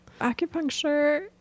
Acupuncture